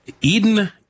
Eden